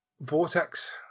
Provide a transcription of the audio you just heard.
Vortex